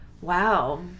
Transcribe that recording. Wow